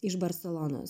iš barselonos